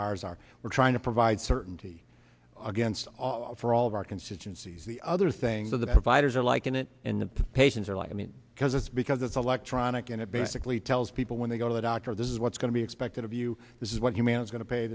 ours are we're trying to provide certainty against for all of our constituencies the other thing the providers are like in it and the patients are like i mean because it's because it's electronic and it basically tells people when they go to the doctor this is what's going to be expected of you this is what you man is going to pay